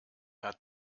hat